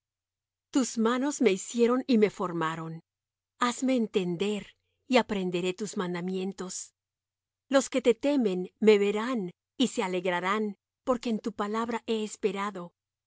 tus manos me hicieron y me formaron hazme entender y aprenderé tus mandamientos los que te temen me verán y se alegrarán porque en tu palabra he esperado